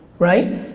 right?